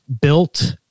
built